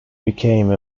became